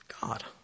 God